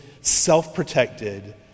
self-protected